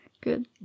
Good